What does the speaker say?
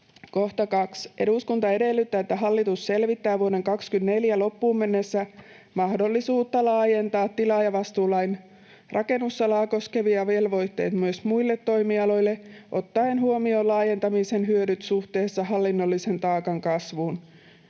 Kohta 2: ”Eduskunta edellyttää, että hallitus selvittää vuoden 2024 loppuun mennessä mahdollisuutta laajentaa tilaajavastuulain rakennusalaa koskevat velvoitteet muille toimialoille ottaen huomioon laajentamisen hyödyt suhteessa hallinnollisen taakan kasvuun.”